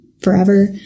forever